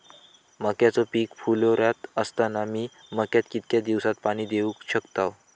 मक्याचो पीक फुलोऱ्यात असताना मी मक्याक कितक्या दिवसात पाणी देऊक शकताव?